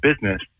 business